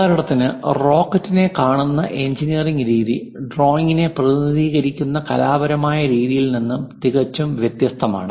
ഉദാഹരണത്തിന് റോക്കറ്റിനെ കാണുന്ന എഞ്ചിനീയറിംഗ് രീതി ഡ്രോയിംഗിനെ പ്രതിനിധീകരിക്കുന്ന കലാപരമായ രീതിയിൽ നിന്ന് തികച്ചും വ്യത്യസ്തമാണ്